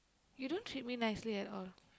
you don't treat me nicely at all